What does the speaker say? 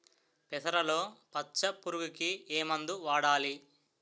పెసరలో పచ్చ పురుగుకి ఏ మందు వాడాలి?